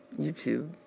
YouTube